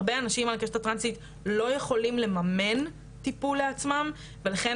הרבה אנשים על הקשת הטרנסית לא יכולים לממן טיפול לעצמם ולכן